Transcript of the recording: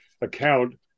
account